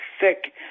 thick